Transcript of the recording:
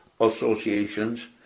associations